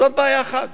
זאת בעיה אחת.